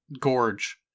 gorge